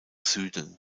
süden